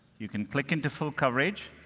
you can click into full coverage.